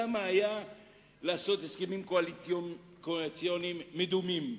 למה היה צריך לעשות הסכמים קואליציוניים מדומים?